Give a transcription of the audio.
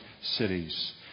cities